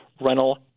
rental